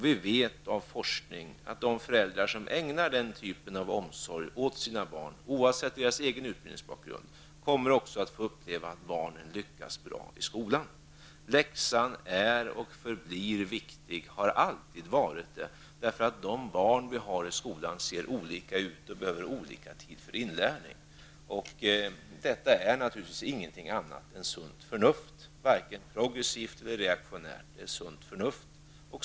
Vi vet av forskning att de föräldrar som ägnar den typen av omsorg åt sina barn, oavsett deras egen utbildningsbakgrund, kommer också att få uppleva att deras barn lyckas bra i skolan. Läxan är och förblir viktig, det har den alltid varit därför att de barn som vi har i skolan ser olika ut och behöver olika tid för inlärning. Det är naturligtvis ingenting annat än sunt förnuft, varken progressivt eller reaktionärt.